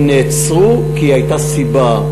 הם נעצרו כי הייתה סיבה,